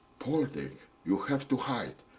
poldek, you have to hide.